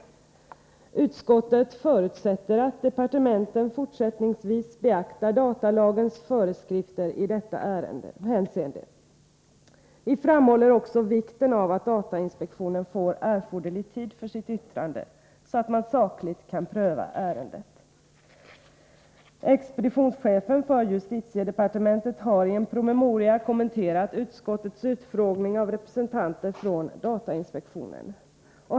Utskottet förutsätter att departementen fortsättningsvis beaktar datalagens föreskrifter i detta hänseende. Vi framhåller också vikten av att datainspektionen får erforderlig tid för sitt yttrande, så att den sakligt kan pröva ärendet. Expeditionschefen i justitiedepartementet har i en promemoria kommenterat utskottets utfrågning av representanter för datainspektionen.